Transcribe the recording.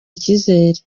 icyizere